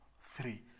three